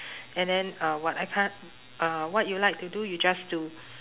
and then uh what I can't uh what you like to do you just do